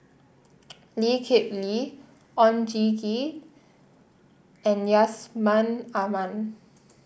Lee Kip Lee Oon Jin Gee and Yusman Aman